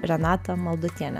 renata maldutienė